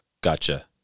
Gotcha